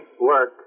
work